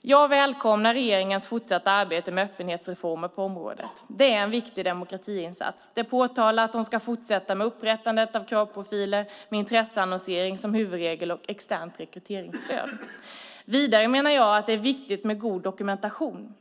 Jag välkomnar regeringens fortsatta arbete med öppenhetsreformer på området. Det är en viktig demokratiinsats. Det påtalas att de ska fortsätta med upprättandet av kravprofiler, intresseannonsering som huvudregel och externt rekryteringsstöd. Vidare menar jag att det är viktigt med god dokumentation.